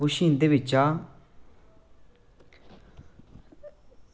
कुछ इंदे बिच्चा